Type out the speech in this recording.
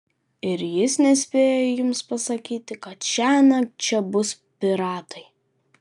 ir jis nespėjo jums pasakyti kad šiąnakt čia bus piratai